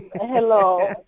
Hello